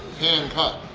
hand cut.